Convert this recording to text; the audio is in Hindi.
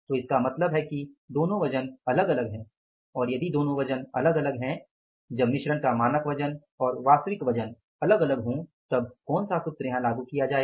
तो इसका मतलब है कि दोनों वज़न अलग अलग हैं और यदि दोनों वज़न अलग अलग हैं जब मिश्रण का मानक वजन और वास्तविक वज़न अलग अलग हैं तब कौन सा सूत्र यहाँ लागू किया जाएगा